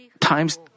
times